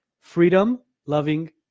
Freedom-loving